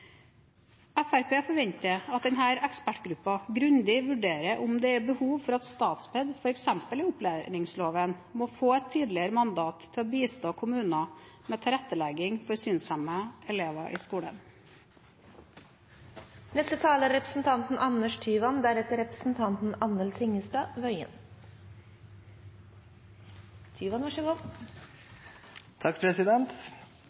forventer at denne ekspertgruppen grundig vurderer om det er behov for at Statped, f.eks. i opplæringsloven, må få et tydeligere mandat til å bistå kommuner med tilrettelegging for synshemmede elever i